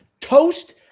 Toast